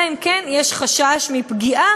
אלא אם כן יש חשש פגיעה,